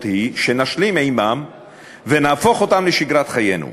היא שנשלים עמם ונהפוך אותם לשגרת חיינו.